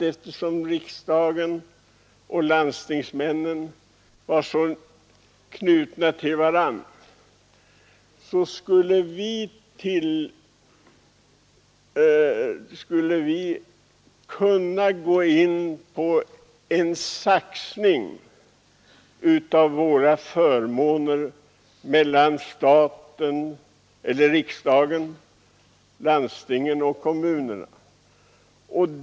Eftersom riksdagsmännen och landstingsmännen är så knutna till varandra beträffande våra förmåner var man rädd att det skulle kunna bli en saxning mellan riksdagen, landstingen och kommunerna.